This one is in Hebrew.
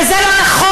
וזה לא נכון.